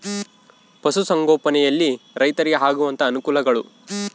ಪಶುಸಂಗೋಪನೆಯಲ್ಲಿ ರೈತರಿಗೆ ಆಗುವಂತಹ ಅನುಕೂಲಗಳು?